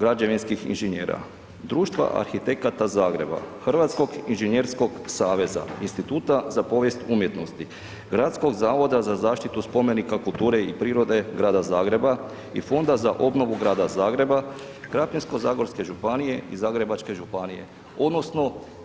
građevinskih inženjera, Društva arhitekata Zagreba, Hrvatskog inženjerskog saveza, Instituta za povijest umjetnosti, Gradskog zavoda za zaštitu spomenika kulture i prirode Grada Zagreba i Fonda za obnovu Grada Zagreba, Krapinsko-zagorske županije i Zagrebačke županije odnosno